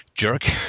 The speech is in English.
jerk